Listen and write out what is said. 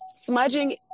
smudging